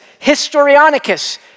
Historionicus